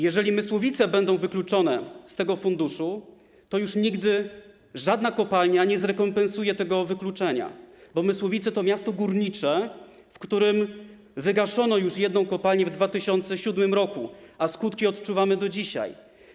Jeżeli Mysłowice będą z tego wykluczone, to już nigdy żadna kopalnia nie zrekompensuje tego wykluczenia, bo Mysłowice to miasto górnicze, w którym wygaszono już jedną kopalnię w 2007 r., a skutki odczuwamy do dzisiaj.